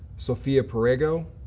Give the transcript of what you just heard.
sophia perigo,